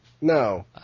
No